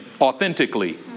authentically